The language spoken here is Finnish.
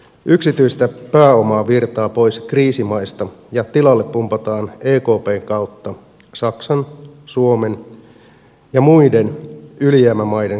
yksityistä pääomaa virtaa pois kriisimaista ja tilalle pumpataan ekpn kautta saksan suomen ja muiden ylijäämämaiden keskuspankkien rahaa